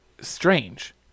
Strange